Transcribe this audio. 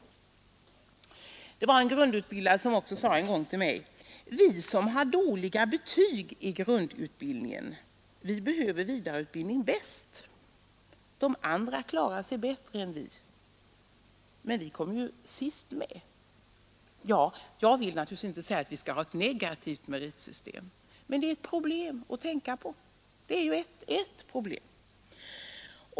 Det var en grundutbildad som sade till mig en gång: Vi som har dåliga betyg i grundutbildningen behöver vidareutbildningen bäst. De andra klarar sig bättre än vi, men vi kommer sist med. — Jag vill med detta naturligtvis inte säga att vi skall ha en negativ meritvärdering, men detta är ett problem att tänka på.